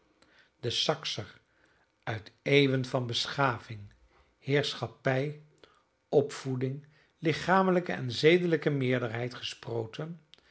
de sakser uit eeuwen van beschaving heerschappij opvoeding lichamelijke en zedelijke meerderheid gesproten